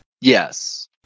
Yes